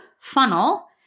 funnel